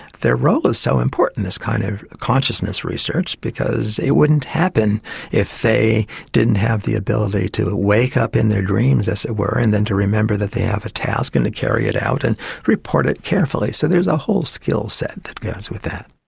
their role is so important in this kind of consciousness research because it wouldn't happen if they didn't have the ability to wake up in their dreams, as it were, and then to remember that they have a task and to carry it out and report it carefully. so there's a whole skill set that goes with that.